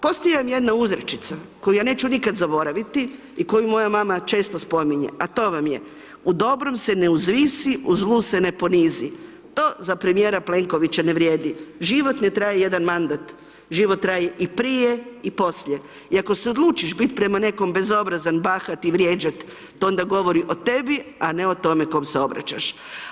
Postoji vam jedna uzrečica koju ja neću nikad zaboraviti i koju moja mama često spominje, a to vam je, u dobrom se ne uzvisi, u zlu se ne ponizi, to za premijera Plenkovića ne vrijedi, život ne traje jedan mandat, život traje i prije i poslije i ako se odlučiš bit prema nekom bezobrazan, bahat i vrijeđat, to onda govori o tebi, a ne o tome kom se obraćaš.